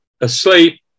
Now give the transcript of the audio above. asleep